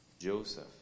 Joseph